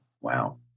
Wow